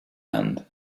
hand